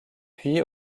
puis